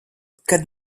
kad